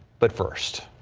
but first.